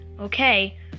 okay